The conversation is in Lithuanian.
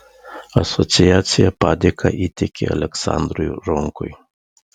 asociacija padėką įteikė aleksandrui ronkui